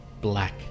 black